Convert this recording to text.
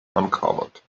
uncovered